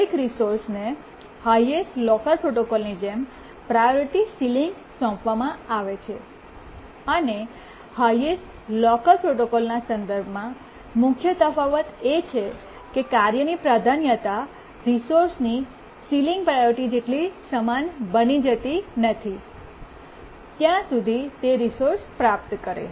દરેક રિસોર્સને highest locker પ્રોટોકોલની જેમ પ્રાયોરિટી સીલીંગ સોંપવામાં આવે છે અને હાયેસ્ટ લોકર પ્રોટોકોલના સંદર્ભમાં મુખ્ય તફાવત એ છે કે કાર્યની પ્રાધાન્યતા રિસોર્સની સીલીંગ પ્રાયોરિટી જેટલી સમાન બની જતી નથી જ્યાં સુધી તે રિસોર્સ પ્રાપ્ત કરે